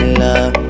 love